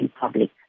public